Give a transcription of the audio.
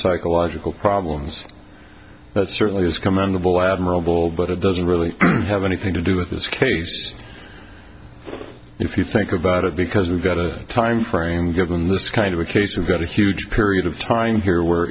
psychological problems that certainly is commendable admirable but it doesn't really have anything to do with this case if you think about it because we've got a time frame given this kind of a case we've got a huge period of time here where